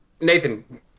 Nathan